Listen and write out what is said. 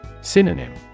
Synonym